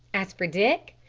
as for dick,